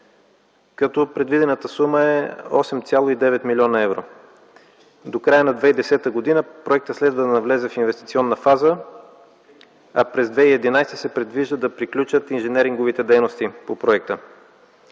като предвидената сума е 8,9 млн. евро. До края на 2010 г. проектът следва да навлезе в инвестиционна фаза, а през 2011 г. се предвижда да приключат инженеринговите дейности по проекта.